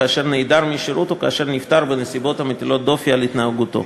כאשר נעדר משירות או כאשר נפטר בנסיבות המטילות דופי בהתנהגותו.